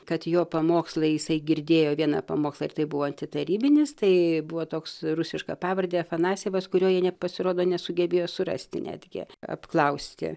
kad jo pamokslai jisai girdėjo vieną pamokslą ir tai buvo antitarybinis tai buvo toks rusiška pavarde afanasjevas kurio jie net pasirodo nesugebėjo surasti netgi apklausti